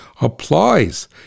applies